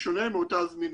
בשונה מאותה הזמינות.